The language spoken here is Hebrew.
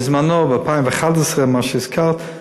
בזמנו, ב-2011, מה שהזכרת,